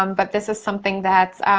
um but this is something that